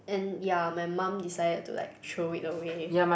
and ya my mum decided to like throw it away